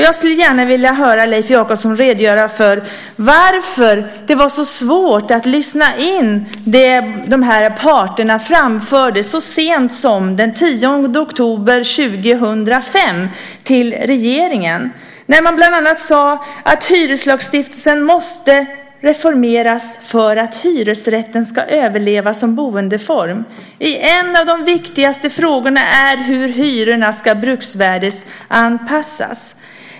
Jag skulle gärna vilja höra Leif Jakobsson redogöra för varför det var så svårt att lyssna in vad de här parterna så sent som den 10 oktober 2005 framförde till regeringen. Bland annat sade man att hyreslagstiftningen måste reformeras för att hyresrätten ska överleva som boendeform. En av de viktigaste frågorna är hur hyrorna ska bruksvärdesanpassas.